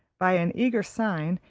by an eager sign,